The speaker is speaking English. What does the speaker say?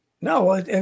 No